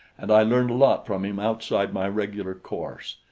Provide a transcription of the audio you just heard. and i learned a lot from him outside my regular course.